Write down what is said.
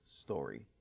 story